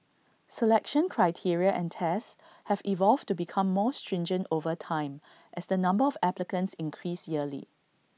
selection criteria and tests have evolved to become more stringent over time as the number of applicants increase yearly